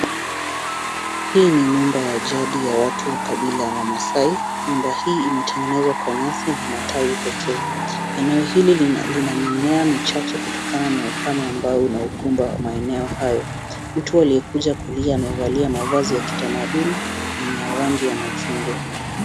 Hii ni nyumba ya jadi ya watu wa kabila la maasai. Nyumba hii imetengenezwa kwa nyasi na matawi pekee . Eneo hili lina mimea michache kutokana na ukame ambao unaokumba maeneo hayo. Mtu aliyekuja kulia amevalia mavazi ya kitamaduni yenye rangi ya machungwa.